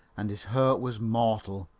and his hurt was mortal